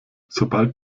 sobald